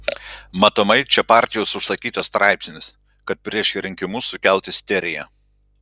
matomai čia partijos užsakytas straipsnis kad prieš rinkimus sukelt isteriją